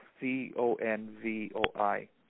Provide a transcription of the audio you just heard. C-O-N-V-O-I